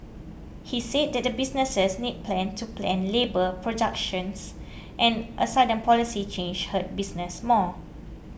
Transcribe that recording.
he said that the businesses need plan to plan labour productions and a sudden policy change hurt businesses more